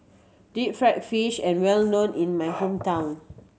deep fried fish is well known in my hometown